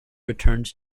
returned